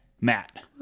Matt